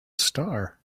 star